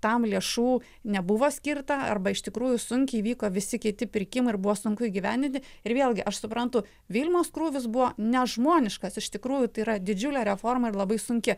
tam lėšų nebuvo skirta arba iš tikrųjų sunkiai vyko visi kiti pirkimai ir buvo sunku įgyvendinti ir vėlgi aš suprantu vilmos krūvis buvo nežmoniškas iš tikrųjų tai yra didžiulė reforma ir labai sunki